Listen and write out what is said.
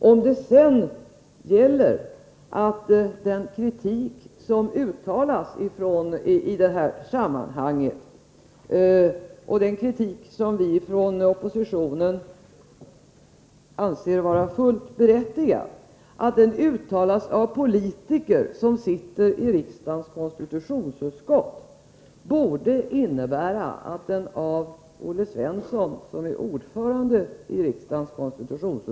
Om sedan den kritik som uttalas i det här sammanhanget — kritik som vi från oppositionen anser vara fullt berättigad — uttalas av politiker som sitter i riksdagens konstitutionsutskott, borde det innebära att den av Olle Svensson, som är ordförande i konstitutionsutskottet, tas mycket allvarligt.